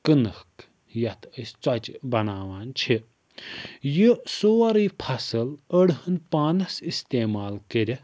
کٔنٕکھ یَتھ أسۍ ژۅچہِ بَناوان چھِ یہِ سورُے فَصٕل أڈۍ ہَن پانَس اِستعمال کٔرِتھ